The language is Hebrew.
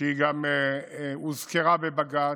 שגם הוזכרה בבג"ץ,